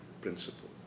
principle